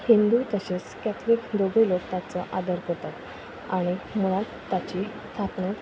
हिंदू तशेंच कॅथलीक दोगूय लोक ताचो आदर करतात आनी मुळांत ताची थापणूक